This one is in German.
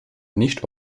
nicht